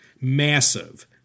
Massive